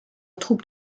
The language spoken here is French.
troupe